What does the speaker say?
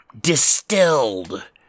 distilled